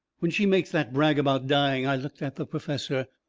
when she makes that brag about dying, i looked at the perfessor.